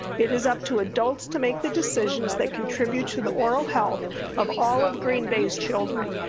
it is up to adults to make the decisions that contribute to the oral health of all of green bay's children,